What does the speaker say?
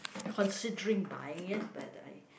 considering buying it but I